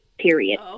period